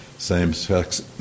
Same-sex